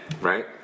right